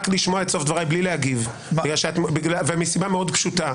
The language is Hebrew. רק לשמוע את סוף דבריי בלי להגיב ומסיבה מאוד פשוטה.